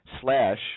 slash